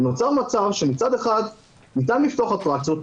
ונוצר מצב שמצד אחד ניתן לפתוח אטרקציות,